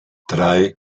drei